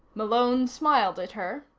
malone smiled at her,